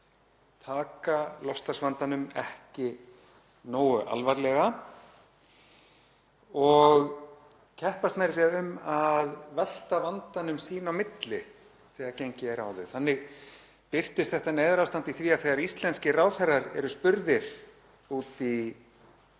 taka loftslagsvandann ekki nógu alvarlega og keppast meira að segja um að velta vandanum sín á milli þegar gengið er á þau. Þannig birtist þetta neyðarástand í því að þegar íslenskir ráðherrar eru spurðir út í